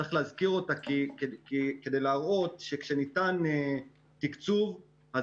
צריך להזכיר אותה כדי להראות שכשניתן תקצוב אז